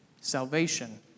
Salvation